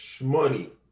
money